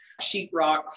sheetrock